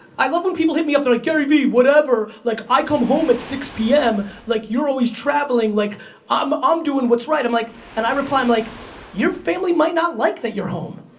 i love when people hit me up they're like gary v, whatever, like i come home at six p m, like you're always traveling. like i'm um doing what's right. like and i reply i'm like your family might not like that your home.